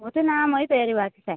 होतं ना माइ तयारी वाचंच आय